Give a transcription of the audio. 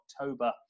October